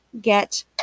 get